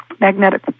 magnetic